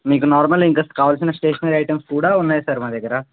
మీకు నార్మల్ ఇంకా కావలసిన స్టేషనరీ ఐటమ్స్ కూడా ఉన్నాయి సార్ మా దగ్గర